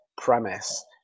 premise